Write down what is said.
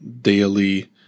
daily